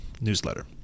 newsletter